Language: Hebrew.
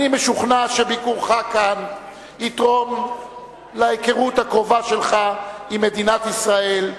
אני משוכנע שביקורך כאן יתרום להיכרות הקרובה שלך עם מדינת ישראל,